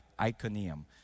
Iconium